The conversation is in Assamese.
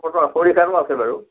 অঁ তাত খৰি খেৰো আছে বাৰু